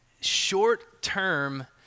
short-term